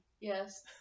Yes